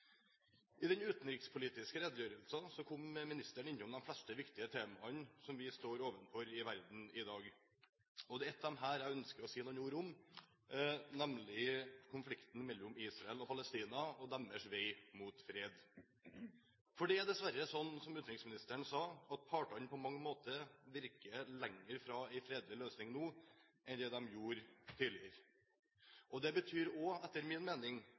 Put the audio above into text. I den utenrikspolitiske redegjørelsen var ministeren innom de fleste viktige temaene som vi står overfor i verden i dag, og det er et av dem jeg ønsker å si noen ord om, nemlig konflikten mellom Israel og Palestina og deres vei mot fred. For det er dessverre sånn, som utenriksministeren sa, at partene på mange måter virker lenger fra en fredelig løsning nå enn det de gjorde tidligere. Det betyr, etter min mening,